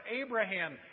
Abraham